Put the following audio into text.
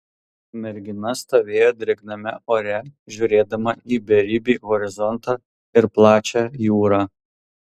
mergina stovėjo drėgname ore žiūrėdama į beribį horizontą ir plačią jūrą